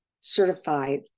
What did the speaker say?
certified